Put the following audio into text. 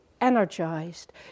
energized